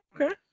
Okay